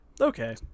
okay